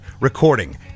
recording